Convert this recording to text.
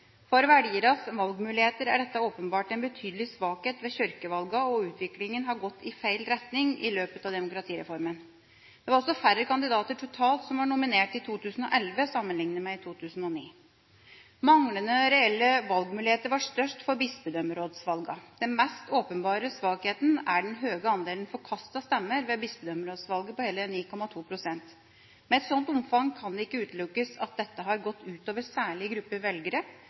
For velgernes valgmuligheter er dette åpenbart en betydelig svakhet ved kirkevalgene, og utviklingen har gått i feil retning i løpet av demokratireformen. Det var også færre kandidater totalt som var nominert i 2011, sammenlignet med i 2009. Manglende reelle valgmuligheter var størst for bispedømmerådsvalget. Den mest åpenbare svakheten var den høye andelen forkastede stemmer ved bispedømmerådsvalget, på hele 9,2 pst. Med et slikt omfang kan det ikke utelukkes at dette har gått ut over særlige grupper velgere,